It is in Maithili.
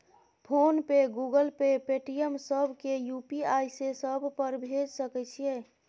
फोन पे, गूगल पे, पेटीएम, सब के यु.पी.आई से सब पर भेज सके छीयै?